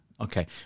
Okay